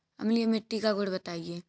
अम्लीय मिट्टी का गुण बताइये